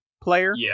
player